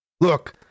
Look